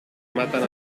matan